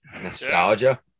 nostalgia